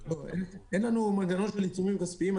אין לנו מנגנון של עיצומים כספיים.